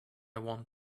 want